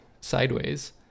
Sideways